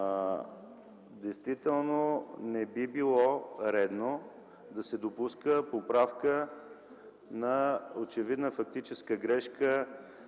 Действително, не би било редно да се допуска поправка на очевидна фактическа грешка